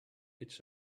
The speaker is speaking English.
its